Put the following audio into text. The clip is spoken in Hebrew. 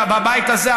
בבית הזה,